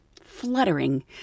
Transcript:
fluttering